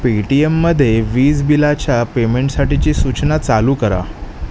पेटीएमध्ये वीज बिलाच्या पेमेंटसाठीची सूचना चालू करा